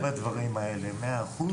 משתתפים בדברים האלה 100%?